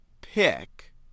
pick